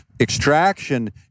extraction